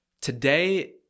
today